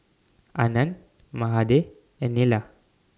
Anand Mahade and Neila